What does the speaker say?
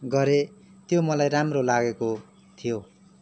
गरे त्यो मलाई राम्रो लागेको थियो